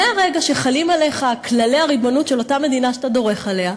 מרגע שחלים עליך כללי הריבונות של אותה מדינה שאתה דורך על אדמתה,